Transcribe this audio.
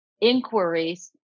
inquiries